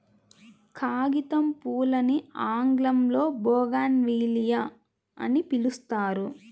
కాగితంపూలని ఆంగ్లంలో బోగాన్విల్లియ అని పిలుస్తారు